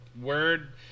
word